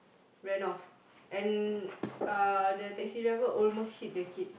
ran off and uh the taxi driver almost hit the kid